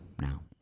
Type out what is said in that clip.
now